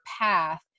path